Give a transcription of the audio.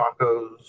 Tacos